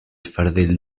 fardell